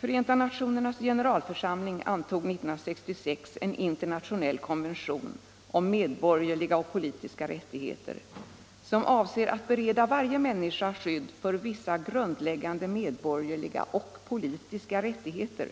Förenta nationernas generalförsamling antog 1966 en internationell konvention om medborgerliga och politiska rättigheter, som avser att bereda varje människa skydd för vissa grundläggande medborgerliga och politiska rättigheter,